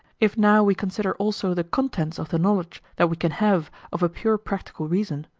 if now we consider also the contents of the knowledge that we can have of a pure practical reason,